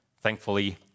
Thankfully